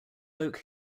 oak